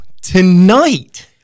tonight